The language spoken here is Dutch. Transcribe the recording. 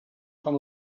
van